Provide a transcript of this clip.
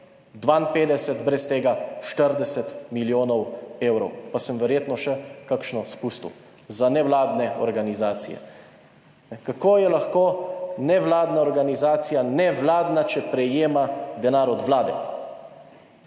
52, brez tega, 40 milijonov evrov, pa sem verjetno še kakšno spustil, za nevladne organizacije. Kako je lahko nevladna organizacija nevladna, če prejema denar od vlade?